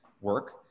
work